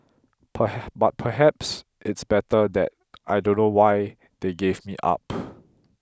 but perhaps it's better that I don't know why they gave me up